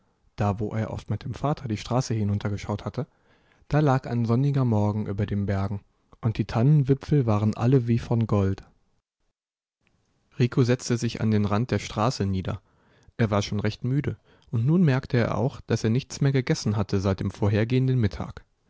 da wo er oft mit dem vater die straße hinuntergeschaut hatte da lag ein sonniger morgen über den bergen und die tannenwipfel waren alle wie von gold rico setzte sich an den rand der straße nieder er war schon recht müde und nun merkte er auch daß er nichts mehr gegessen hatte seit dem vorhergehenden mittag